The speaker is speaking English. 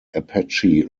apache